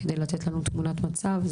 כדי לתת לנו תמונת מצב.